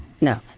No